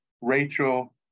Rachel